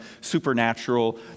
supernatural